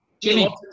Jimmy